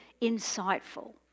insightful